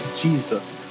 Jesus